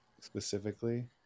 specifically